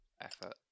effort